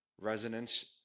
resonance